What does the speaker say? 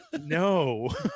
no